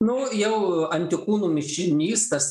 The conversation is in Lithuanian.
nu jau antikūnų mišinys tas